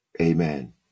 amen